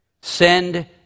Send